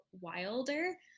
wilder